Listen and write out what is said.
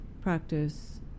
practice